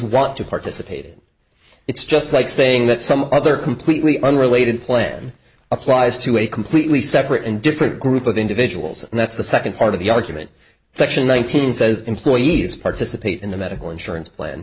want to participate it's just like saying that some other completely unrelated plan applies to a completely separate and different group of individuals and that's the second part of the argument section one thousand says employees participate in the medical insurance plan